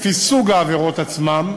לפי סוג העבירות עצמן,